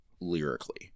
lyrically